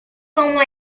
como